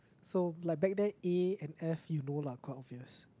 so like back then A and F you know lah quite obvious